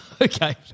Okay